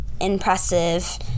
impressive